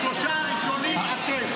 השלושה הראשונים, אתם.